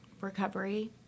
recovery